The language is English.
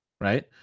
right